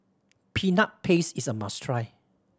Peanut Paste is a must try